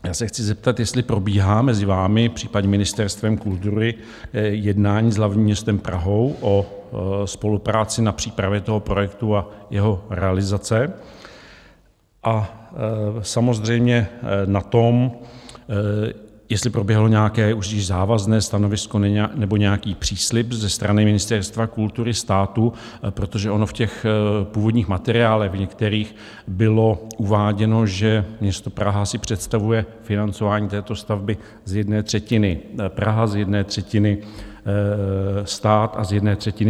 Já se chci zeptat, jestli probíhá mezi vámi, případně Ministerstvem kultury, jednání s hlavním městem Prahou o spolupráci na přípravě toho projektu a jeho realizace, a samozřejmě na to, jestli proběhlo nějaké už i závazné stanovisko nebo nějaký příslib ze strany Ministerstva kultury státu, protože ono v těch původních materiálech, v některých bylo uváděno, že město Praha si představuje financování této stavby: z jedné třetiny Praha, z jedné třetiny stát a z jedné třetiny soukromý investor.